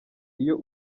iyo